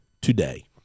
today